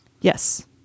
Yes